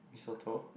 Mee-Soto